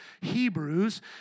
Hebrews